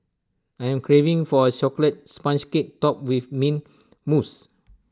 I am craving for A Chocolate Sponge Cake Topped with Mint Mousse